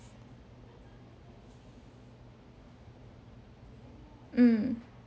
mm